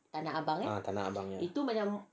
tanah abang